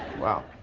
wow.